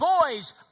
boys